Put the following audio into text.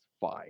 fine